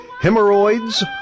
hemorrhoids